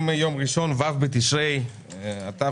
היום יום ראשון, ו' בתשרי התשפ"ב,